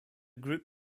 group